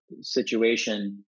situation